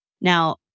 Now